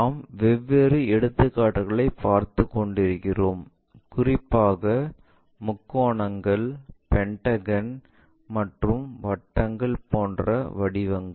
நாங்கள் வெவ்வேறு எடுத்துக்காட்டுகளைப் பார்த்துக் கொண்டிருக்கிறோம் குறிப்பாக முக்கோணங்கள் பென்டகன் மற்றும் வட்டங்கள் போன்ற வடிவங்கள்